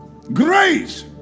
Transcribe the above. Grace